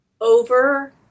over